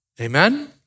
Amen